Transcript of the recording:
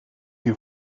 you